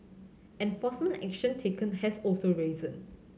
enforcement action taken has also risen